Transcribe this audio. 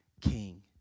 king